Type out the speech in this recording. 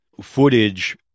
footage